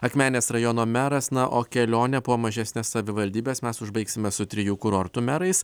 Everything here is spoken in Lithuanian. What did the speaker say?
akmenės rajono meras na o kelionę po mažesnes savivaldybes mes užbaigsime su trijų kurortų merais